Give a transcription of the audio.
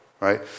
right